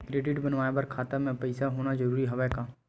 Credit बनवाय बर खाता म पईसा होना जरूरी हवय का?